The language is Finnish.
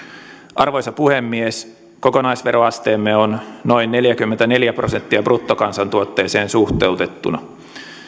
arvoisa puhemies kokonaisveroasteemme on noin neljäkymmentäneljä prosenttia bruttokansantuotteeseen suhteutettuna